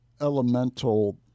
elemental